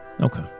okay